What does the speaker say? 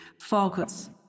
focus